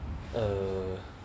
err